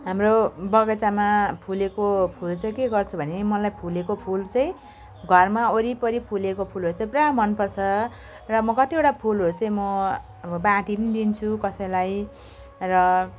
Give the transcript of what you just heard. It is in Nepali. हाम्रो बगैँचामा फुलेको फुल चाहिँ के गर्छु भने मलाई फुलेको फुल चाहिँ घरमा वरिपरि फुलेको फुलहरू चाहिँ पुरा मनपर्छ र म कतिवटा फुलहरू चाहिँ म अब बाँडी पनि दिन्छु कसैलाई र